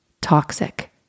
toxic